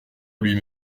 lui